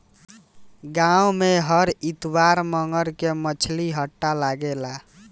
गाँव में हर इतवार मंगर के मछली हट्टा लागेला